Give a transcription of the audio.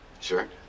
Sure